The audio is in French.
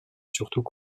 surtout